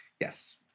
Yes